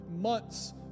months